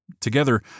Together